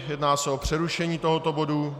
Jedná se o přerušení tohoto bodu.